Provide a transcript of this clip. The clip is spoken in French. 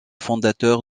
fondateur